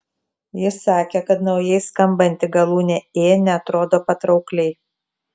ji sakė kad naujai skambanti galūnė ė neatrodo patraukliai